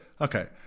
okay